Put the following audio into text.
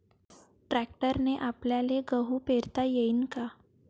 ट्रॅक्टरने आपल्याले गहू पेरता येईन का?